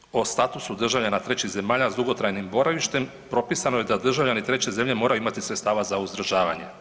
Direktivom o statusu državljana trećih zemalja s dugotrajnim boravištem propisano je da državljani treće zemlje moraju imati sredstava za uzdržavanje.